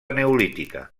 neolítica